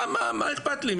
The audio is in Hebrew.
מה איכפת לי.